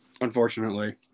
unfortunately